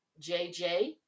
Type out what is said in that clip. JJ